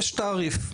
יש תעריף.